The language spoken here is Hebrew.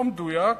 לא מדויק,